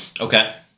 Okay